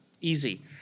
easy